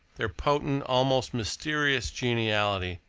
their potent, almost mysterious geniality,